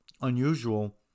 unusual